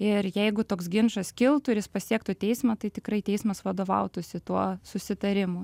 ir jeigu toks ginčas kiltų ir jis pasiektų teismą tai tikrai teismas vadovautųsi tuo susitarimu